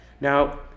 Now